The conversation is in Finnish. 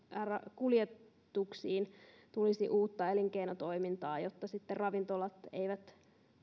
kuljetuksiin tulisi uutta elinkeinotoimintaa jotta ravintolat eivät